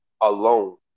alone